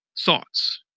thoughts